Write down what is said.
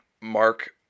Mark